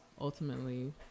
ultimately